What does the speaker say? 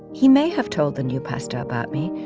he may have told the new pastor about me,